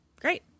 Great